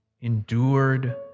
endured